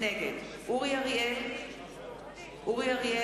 נגד אריאל אטיאס,